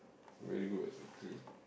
very good at soccer